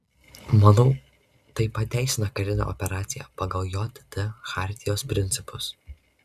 manau tai pateisina karinę operaciją pagal jt chartijos principus